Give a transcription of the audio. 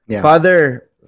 Father